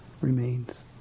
remains